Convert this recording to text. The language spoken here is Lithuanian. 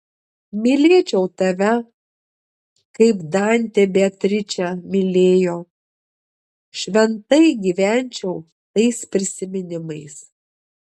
mylėčiau tave kaip dantė beatričę mylėjo šventai gyvenčiau tais prisiminimais